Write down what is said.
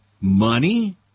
money